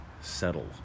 settle